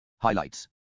Highlights